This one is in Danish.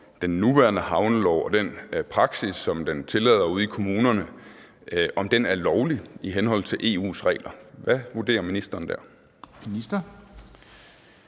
den nuværende havnelov og den praksis, som den tillader ude i kommunerne, er lovlig i henhold til EU's regler? Hvad vurderer ministeren der?